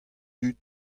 dud